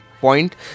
point